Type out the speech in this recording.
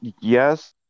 Yes